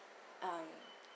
um